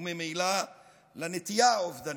וממילא לנטייה האובדנית.